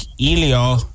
elio